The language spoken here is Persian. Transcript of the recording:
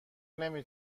نمی